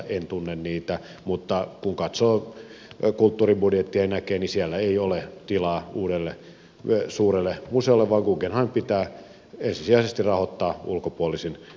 en tunne niitä mutta kun katsoo kulttuuribudjettia niin näkee että siellä ei ole tilaa uudelle suurelle museolle vaan guggenheim pitää ensisijaisesti rahoittaa ulkopuolisin yksityisin rahoin